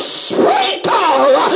sprinkle